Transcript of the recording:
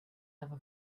never